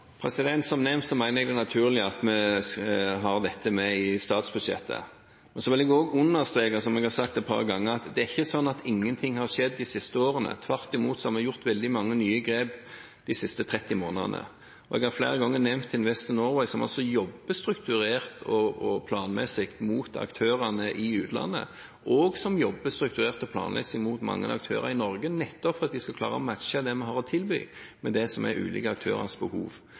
vil jeg også understreke, som jeg har sagt et par ganger, at det er ikke sånn at ingenting har skjedd de siste årene. Tvert imot har vi tatt veldig mange nye grep de siste 30 månedene. Jeg har flere ganger nevnt Invest in Norway, som også jobber strukturert og planmessig mot aktørene i utlandet, og som jobber strukturert og planmessig mot mange aktører i Norge nettopp for at de skal klare å matche det vi har å tilby, med det som er ulike aktørers behov.